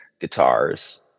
guitars